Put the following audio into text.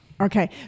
Okay